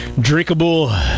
drinkable